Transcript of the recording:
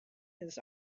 his